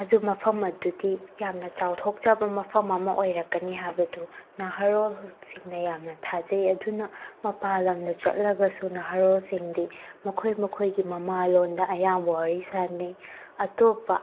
ꯑꯗꯨ ꯃꯐꯝ ꯑꯗꯨꯗꯤ ꯌꯥꯝꯅ ꯆꯥꯎꯊꯣꯛꯆꯕ ꯃꯐꯝ ꯑꯃ ꯑꯣꯏꯔꯛꯀꯅꯤ ꯍꯥꯏꯕꯗꯨ ꯅꯍꯥꯔꯣꯜꯁꯤꯡꯅ ꯌꯥꯝꯅ ꯊꯥꯖꯩ ꯑꯗꯨꯅ ꯃꯄꯥꯜ ꯂꯝꯗ ꯆꯠꯂꯒꯁꯨ ꯅꯍꯥꯔꯣꯜꯁꯤꯡꯗꯤ ꯃꯈꯣꯏ ꯃꯈꯣꯏꯒꯤ ꯃꯃꯥꯂꯣꯟꯗ ꯑꯌꯥꯝꯕ ꯋꯥꯔꯤ ꯁꯥꯅꯩ ꯑꯇꯣꯞꯄ